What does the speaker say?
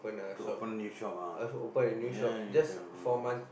to open new shop ah ya new shop hmm